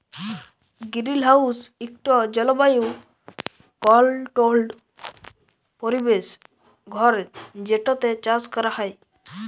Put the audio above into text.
greenhouse ইকট জলবায়ু controlled পরিবেশ ঘর যেটতে চাষ ক্যরা হ্যয়